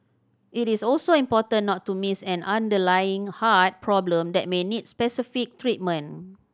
it is also important not to miss an underlying heart problem that may need specific treatment